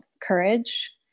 courage